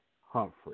Humphrey